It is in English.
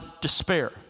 despair